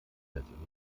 persönlich